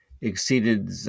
exceeded